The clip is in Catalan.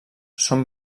són